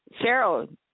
Cheryl